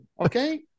Okay